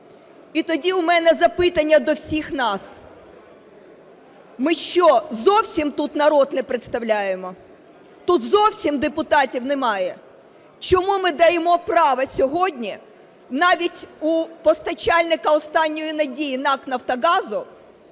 І тоді в мене запитання до всіх нас: ми, що зовсім тут народ не представляємо, тут зовсім депутатів немає? Чому ми даємо право сьогодні, навіть у постачальника "останньої надії" НАК "Нафтогазу"